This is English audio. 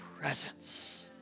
presence